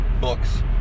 books